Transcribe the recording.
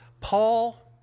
Paul